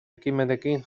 ekimenekin